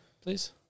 Please